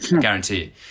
Guarantee